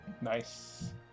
Nice